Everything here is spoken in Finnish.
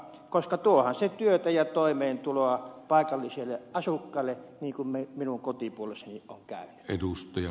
tuohan se työtä ja toimeentuloa paikallisille asukkaille niin kuin minun kotipuolessani on käynyt